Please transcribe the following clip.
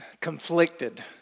conflicted